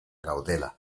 gaudela